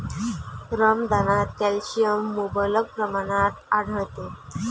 रमदानात कॅल्शियम मुबलक प्रमाणात आढळते